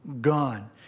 gone